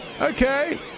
okay